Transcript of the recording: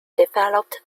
developed